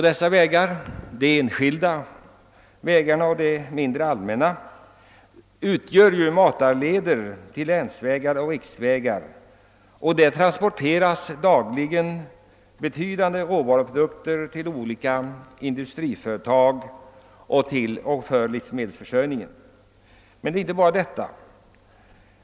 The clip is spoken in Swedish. Dessa vägar, enskilda och mindre allmänna, utgör ju matarleder till länsvägar och riksvägar och där transporteras dagligen betydande mängder råvaruprodukter till olika industriföretag och för livsmedelsförsörjningen. Men det gäller inte bara detta.